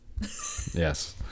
Yes